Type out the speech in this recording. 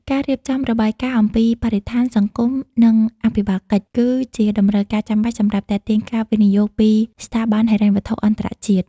ការរៀបចំរបាយការណ៍អំពីបរិស្ថាន សង្គម និងអភិបាលកិច្ច គឺជាតម្រូវការចាំបាច់សម្រាប់ទាក់ទាញការវិនិយោគពីស្ថាប័នហិរញ្ញវត្ថុអន្តរជាតិ។